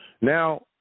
Now